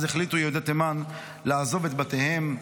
אז החליטו יהודי תימן לעזוב את בתיהם,